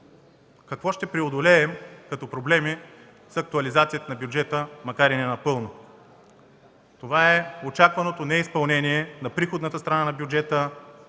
Какво ще преодолеем като проблеми с актуализацията на бюджета, макар и ненапълно? Това е очакваното неизпълнение на приходната страна на бюджета,